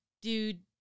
dude